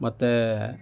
ಮತ್ತೆ